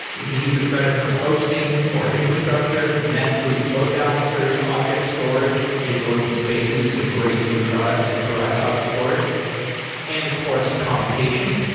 you can use the credit for hosting or infrastructure and that includes load balancers, object storage. digitalocean spaces is a great new product that provides object storage and, of course, computation.